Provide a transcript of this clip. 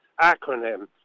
acronym